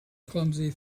clumsy